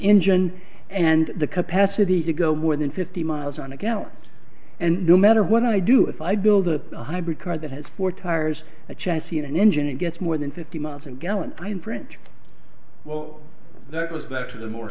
engine and the capacity to go more than fifty miles on a gallon and no matter what i do if i build a hybrid car that has four tires a chassis and an engine it gets more than fifty miles a gallon fine print well that goes back to the more